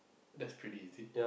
that's pretty easy